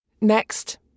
Next